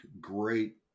great